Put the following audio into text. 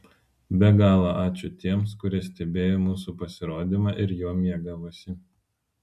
be galo ačiū tiems kurie stebėjo mūsų pasirodymą ir juo mėgavosi